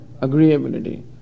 agreeability